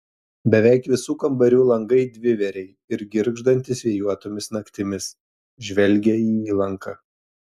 beveik visų kambarių langai dvivėriai ir girgždantys vėjuotomis naktimis žvelgia į įlanką